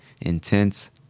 intense